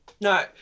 No